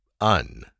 Un